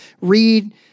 read